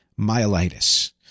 myelitis